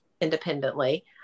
independently